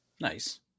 Nice